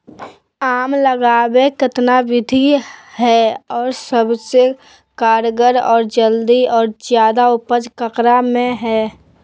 आम लगावे कितना विधि है, और सबसे कारगर और जल्दी और ज्यादा उपज ककरा में है?